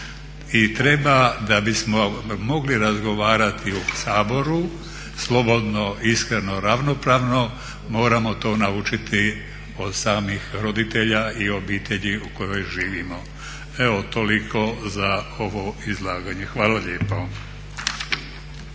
treba da bismo mogli razgovarati u Saboru slobodno, iskreno, ravnopravno, moramo to naučiti od samih roditelja i obitelji u kojoj živimo. Evo toliko za ovo izlaganje. Hvala lijepa.